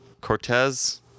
Cortez